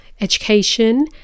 education